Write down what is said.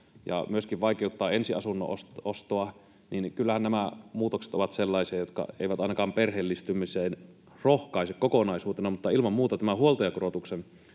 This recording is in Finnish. myöskin vaikeuttaa ensiasunnon ostoa. Kyllähän nämä muutokset ovat sellaisia, jotka eivät ainakaan perheellistymiseen rohkaise kokonaisuutena, mutta ilman muuta tämä huoltajakorotuksen